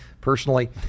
Personally